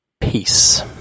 Peace